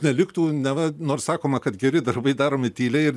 neliktų nava nors sakoma kad geri darbai daromi tyliai ir